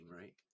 right